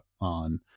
on